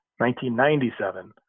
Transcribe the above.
1997